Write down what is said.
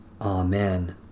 Amen